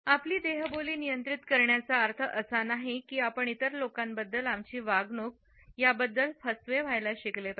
आपली देहबोली नियंत्रित करण्याचा अर्थ असा नाही की आपण इतर लोकांबद्दल आमची वागणूक याबद्दल फसवे व्हायला शिकले पाहिजे